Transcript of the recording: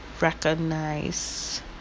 recognize